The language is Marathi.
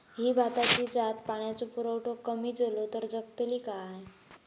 ही भाताची जात पाण्याचो पुरवठो कमी जलो तर जगतली काय?